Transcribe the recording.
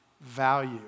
value